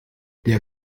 der